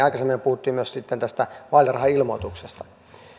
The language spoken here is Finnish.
aikaisemmin puhuttiin myös sitten tästä vaalirahailmoituksesta